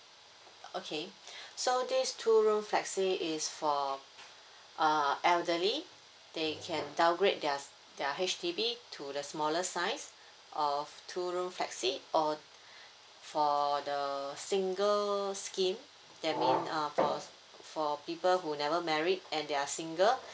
okay so this two room flexi is for err elderly they can downgrade theirs their H_D_B to the smaller size of two room flexi or for the single scheme that mean uh for for people who never married and they're single